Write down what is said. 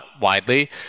widely